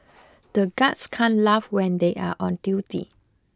the guards can't laugh when they are on duty